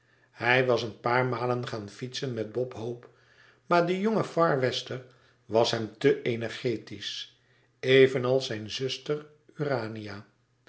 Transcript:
hij was een paar malen gaan fietsen met bob hope maar de jonge far wester was hem te energisch even als zijne zuster